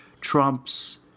trumps